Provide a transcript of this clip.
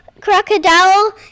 crocodile